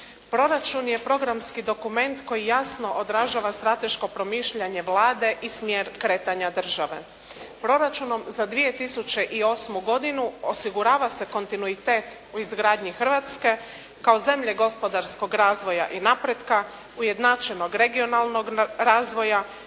Proračun je programski dokument koji jasno odražava strateško promišljanje Vlade i smjer kretanja države. Proračunom za 2008. godinu osigurava se kontinuitet u izgradnji Hrvatske kao zemlje gospodarskog razvoja i napretka, ujednačenog regionalnog razvoja,